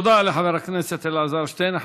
תודה לחבר הכנסת אלעזר שטרן.